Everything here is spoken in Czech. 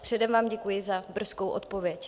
Předem vám děkuji za brzkou odpověď.